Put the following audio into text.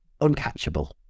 uncatchable